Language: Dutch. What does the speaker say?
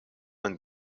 hun